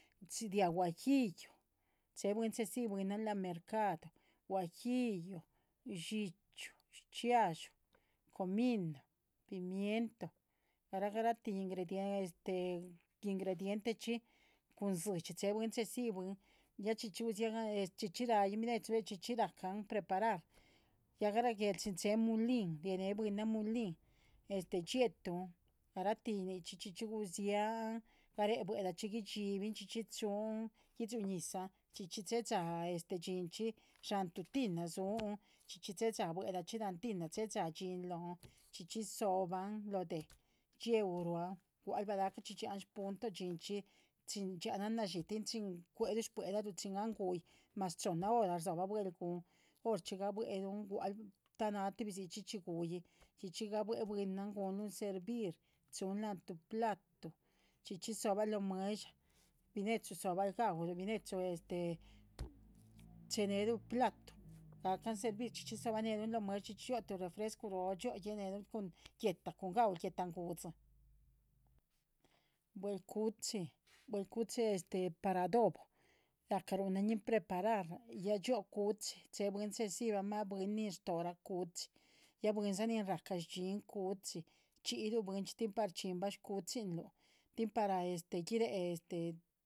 Ria guajillo che bwin chedzi bwinan lan mercadu guajillo dxíchyu shchxiadxú comino pimiento garah garahti ingrediente, ingredientechxi cun dzidxi. che dzi bwin ya chxíchxi guziagahnelun chxíchxi ra´yin bine´chu chxíchxi ra´can preparar ya garaguel chin chen mulin rie´neh bwinan mulin dxie´tun garahti nichxi. chxíchxi guzian garéh bue´lahchxi guidxibin chxíchxi chun guiyuñizan chxíchxi che´cha dhxínchxi dxá nahn tuh tina suun chxíchxi che´cha bue´lahchxi la´nh tina che´cha. Dhxín lóhn chxíchxi dzo´ban loh deh dhxie´u ruán gua´l balahcachxí yian punto dhxínchxi chin ya naan nadxi chin cuéh luh sbue´lahluh an gu´yi mas chohnna hora dzo´ba. buel´gun horchxi gabuéh luh gua´l ta naa tuhbi dzi chxí chxi gu´yi chxíchxi gabuéh bwinan gu´nluhn servir chun la´nh tuh platu chxíchxi dzo´bahl lóh mueh´dsha. bine´chu dzo´bahl ga´uhl bine´chu che´nehlu platu gahcan servir chxíchxi dzo´bahneluh lóh mueh´dsha chxíchxi yio tuh refresco róo guene´luh cun guéhta cun ga´ul. guéhtangudzi bue´lcu´chi buel´cu´chi para adobo ra´ca runañin preparar ya yio cu´chi che bwin chedzibama bwin nin tórah cu´chi ya bwinsa nin raca rdxiínn- cu´chi. dhxíyi luh bwinchxi tín par rdxiínnma cu´chiluh tín para guiréh